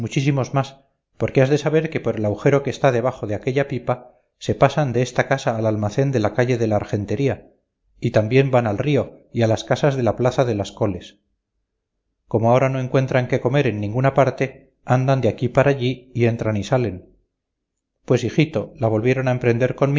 porque has de saber que por el agujero que está debajo de aquella pipa se pasan de esta casa al almacén de la calle de la argentería y también van al río y a las casas de la plaza de las coles como ahora no encuentran qué comer en ninguna parte andan de aquí para allí y entran y salen pues hijito la volvieron a emprender